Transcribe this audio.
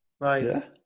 Right